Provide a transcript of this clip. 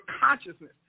consciousness